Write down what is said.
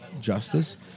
justice